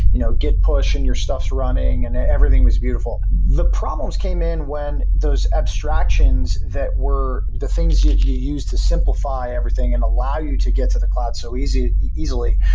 you know, get push and you're stuff's running and everything was beautiful. the problems came in when those abstractions that were the things that you used to simplify everything and allow you to get to the cloud so easily,